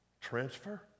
Transfer